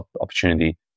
opportunity